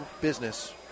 business